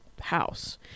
house